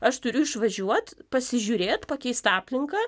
aš turiu išvažiuot pasižiūrėt pakeist aplinką